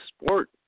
sport